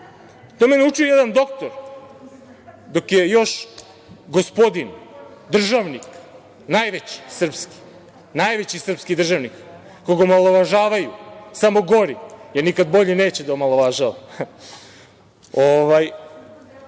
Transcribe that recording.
me je naučio jedan doktor dok je još gospodin, državnik, najveći srpski državnik, koga omalovažavaju samo gori jer nikad bolji neće da omalovažava